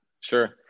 Sure